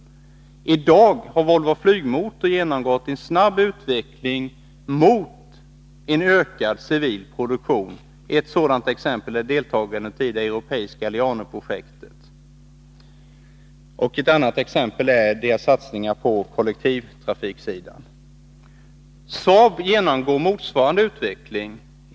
I dag har Volvo Flygmotor genomgått en snabb utveckling mot en ökad civil produktion. Ett sådant exempel är deltagandet i det europeiska rymdprojektet. Ett annat exempel är företagets satsningar på kollektivtrafiksidan. Saab genomgår motsvarande utveckling.